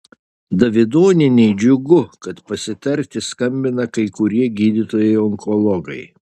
davidonienei džiugu kad pasitarti skambina kai kurie gydytojai onkologai